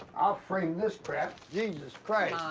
i'll frame this crap, jesus christ.